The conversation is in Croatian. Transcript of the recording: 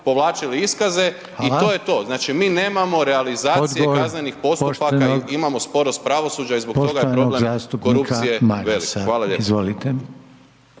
povlačili iskaze i to je to. Znači mi nemamo realizaciju kaznenih postupaka, imamo sporost pravosuđa i zbog toga je problem korupcije velik. **Reiner,